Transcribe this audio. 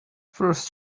first